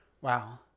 wow